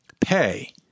pay